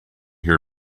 hear